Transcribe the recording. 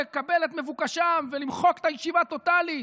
לקבל את מבוקשם ולמחוק את הישיבה טוטלית.